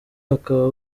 bakaba